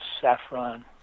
saffron